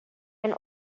and